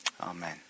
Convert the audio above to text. Amen